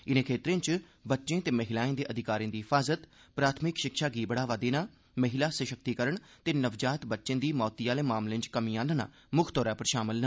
इनें खेत्तरें च बच्चें ते महिलाएं दे अधिकारें दी हिफाज़त प्राथमिक शिक्षा गी बढ़ावा देना महिला सशक्तिकरण ते नवजात बच्चें दी मौतें आह्ली मामलें च कमी आह्नना मुक्ख तौर पर शामल न